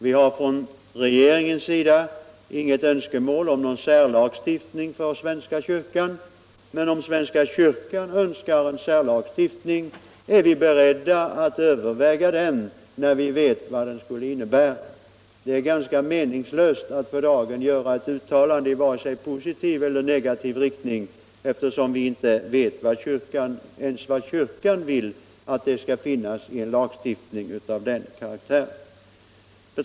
Vi har från regeringens sida inget önskemål om någon särlagstiftning för svenska kyrkan, men om svenska kyrkan önskar en särlagstiftning är vi beredda att överväga en sådan när vi vet vad den skulle innehålla. Det är för dagen ganska meningslöst att göra ett uttalande i vare sig positiv eller negativ riktning, eftersom vi inte vet vad kyrkan vill att en lagstiftning av den karaktären skall innehålla.